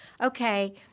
okay